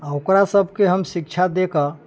आ ओकरा सबके हम शिक्षा दे कऽ